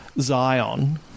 Zion